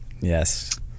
Yes